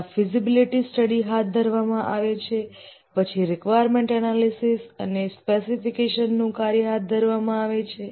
પહેલા feasibility study હાથ ધરવામાં આવે છે પછી રિક્વાયરમેન્ટ એનાલિસિસ અને સ્પેસિફિકેશન નું કાર્ય હાથ ધરવામાં આવે છે